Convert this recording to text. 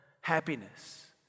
happiness